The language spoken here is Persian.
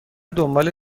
دنبال